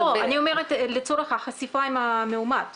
לא, לא, אני אומרת לצורך החשיפה עם המאומת.